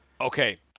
Okay